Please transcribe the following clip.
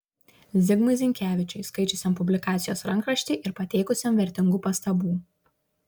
zigmui zinkevičiui skaičiusiam publikacijos rankraštį ir pateikusiam vertingų pastabų